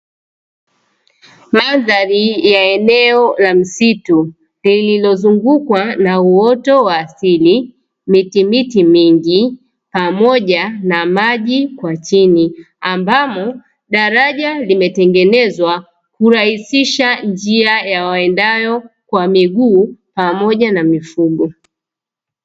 Mandhari ya eneo la msitu lililozungukwa na uoto wa asili, mitimiti mingi pamoja na maji kwa chini ambamo daraja limetengenezwa kurahisisha njia ya waendao kwa miguu pamoja na mifugo.